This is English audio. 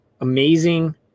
amazing